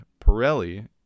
Pirelli